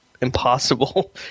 Impossible